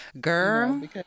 girl